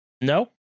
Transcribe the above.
no